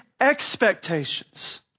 expectations